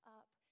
up